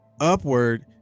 upward